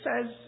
says